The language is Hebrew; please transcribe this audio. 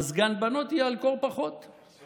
מזגן בנות יהיה על פחות קור.